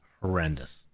horrendous